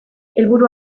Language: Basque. helburu